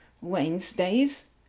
Wednesdays